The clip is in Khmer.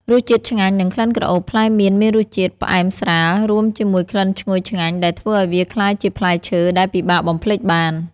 រសជាតិឆ្ងាញ់ និងក្លិនក្រអូប ផ្លែមៀនមានរសជាតិផ្អែមស្រាល រួមជាមួយក្លិនឈ្ងុយឆ្ងាញ់ដែលធ្វើឱ្យវាក្លាយជាផ្លែឈើដែលពិបាកបំភ្លេចបាន។